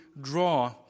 draw